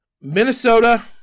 Minnesota